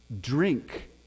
drink